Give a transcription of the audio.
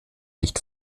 nicht